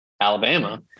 Alabama